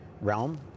realm